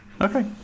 Okay